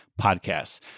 podcasts